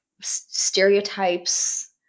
stereotypes